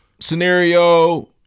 scenario